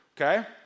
okay